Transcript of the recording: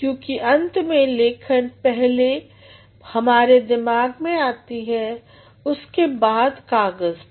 क्योंकि अंत में लेखन पहले हमारे दिमाग में आती है उसके बाद कागज पर